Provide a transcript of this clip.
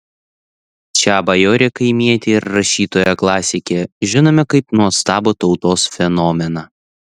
šią bajorę kaimietę ir rašytoją klasikę žinome kaip nuostabų tautos fenomeną